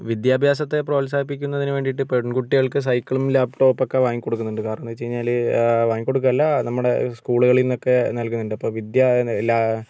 വിദ്യാഭ്യാസത്തെ പ്രോത്സാഹിപ്പിക്കുന്നതിന് വേണ്ടിയിട്ട് പെൺകുട്ടികൾക്ക് സൈക്കിളും ലാപ്ടോപ്പ് ഒക്കെ വാങ്ങി കൊടുക്കുന്നുണ്ട് കാരണമെന്നു വെച്ചുകഴിഞ്ഞാൽ വാങ്ങിക്കൊടുക്കുവല്ല നമ്മുടെ സ്കൂളുകളിൽ നിന്നൊക്കെ നൽകുന്നുണ്ട് അപ്പോൾ വിദ്യ ലാ